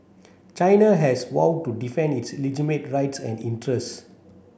China has vowed to defend its legitimate rights and interests